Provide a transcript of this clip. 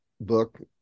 book